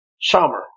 summer